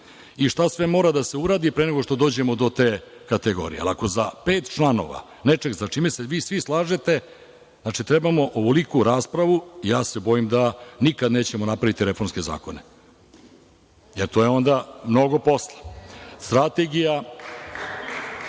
I šta sve mora da se uradi pre nego što dođemo do te kategorije, ali ako za pet članova nečeg sa čime se vi svi slažete trebamo ovoliku raspravu, ja se bojim da nikada nećemo napraviti reformske zakone, jer to je onda mnogo posla. Nastaviću,